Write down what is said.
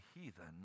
heathen